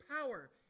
power